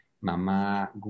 mama